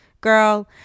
Girl